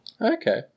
Okay